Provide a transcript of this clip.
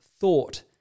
thought